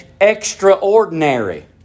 extraordinary